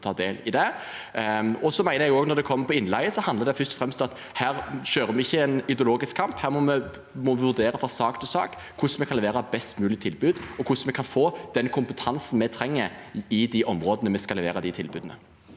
Når det gjelder innleie, mener jeg også at det først og fremst handler om at vi ikke kjører en ideologisk kamp. Her må vi vurdere fra sak til sak hvordan vi kan levere best mulige tilbud, og hvordan vi kan få den kompetansen vi trenger, i de områdene hvor vi skal levere tilbudene.